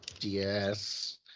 Yes